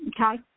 Okay